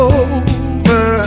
over